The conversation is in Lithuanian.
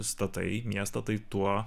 statai miestą tai tuo